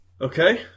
Okay